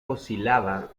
oscilaba